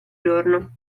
giorno